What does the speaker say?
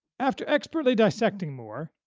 after expertly dissecting moore,